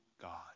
God